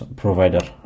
provider